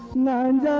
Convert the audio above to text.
nine